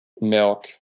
milk